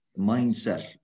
mindset